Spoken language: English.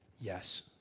Yes